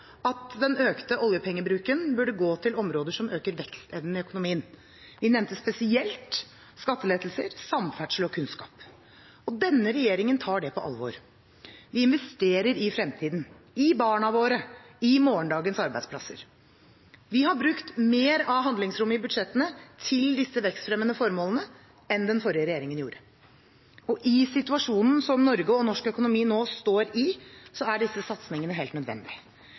at den økte oljepengebruken burde gå til områder som øker vekstevnen i økonomien. Vi nevnte spesielt skattelettelser, samferdsel og kunnskap. Denne regjeringen tar det på alvor. Vi investerer i fremtiden, i barna våre, i morgendagens arbeidsplasser. Vi har brukt mer av handlingsrommet i budsjettene til disse vekstfremmende formålene enn den forrige regjeringen gjorde. I situasjonen som Norge og norsk økonomi nå står i, er disse satsingene helt